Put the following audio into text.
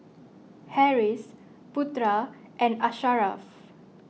Harris Putra and Asharaff